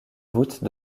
voûte